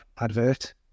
advert